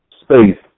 space